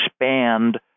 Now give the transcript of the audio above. expand